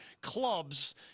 clubs